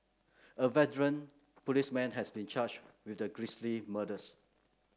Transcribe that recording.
a veteran policeman has been charged with the grisly murders